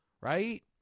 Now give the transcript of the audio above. right